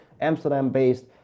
Amsterdam-based